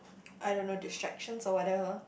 I don't know distractions or whatever